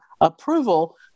approval